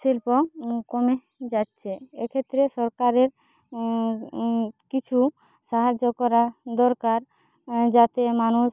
শিল্প কমে যাচ্ছে এক্ষেত্রে সরকারের কিছু সাহায্য করা দরকার যাতে মানুষ